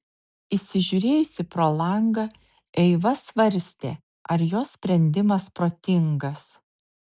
įsižiūrėjusi pro langą eiva svarstė ar jos sprendimas protingas